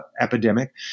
epidemic